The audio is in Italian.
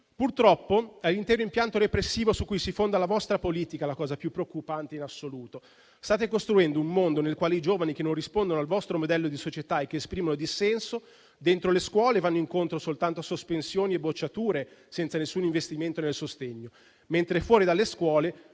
Purtroppo, è l'intero impianto repressivo su cui si fonda la vostra politica la cosa più preoccupante in assoluto. State costruendo un mondo nel quale i giovani che non rispondono al vostro modello di società e che esprimono dissenso, dentro le scuole vanno incontro soltanto a sospensioni e bocciature senza nessun investimento nel sostegno, mentre fuori dalle scuole